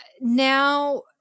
now